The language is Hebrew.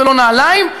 ולא נעליים,